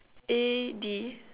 A D